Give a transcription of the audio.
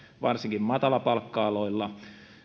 varsinkin matalapalkka aloilla